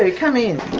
ah come in.